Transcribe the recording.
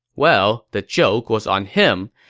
well, the joke was on him,